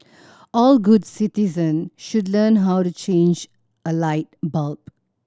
all good citizens should learn how to change a light bulb